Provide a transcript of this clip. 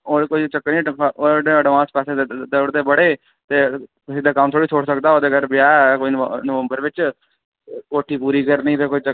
होर कोई चक्कर निं ऐ उन्ने एडवांस पैसे देई ओड़दे बड़े ते उंदा कम्म थोह्ड़े छोड़ी सकदा उंदे ब्याह् ऐ नवंबर बिच कोठी पूरी करनी बाऽ ओह् चक्कर